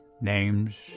Names